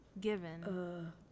Given